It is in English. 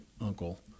uncle